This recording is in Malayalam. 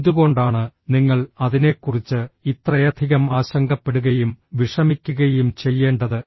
എന്തുകൊണ്ടാണ് നിങ്ങൾ അതിനെക്കുറിച്ച് ഇത്രയധികം ആശങ്കപ്പെടുകയും വിഷമിക്കുകയും ചെയ്യേണ്ടത്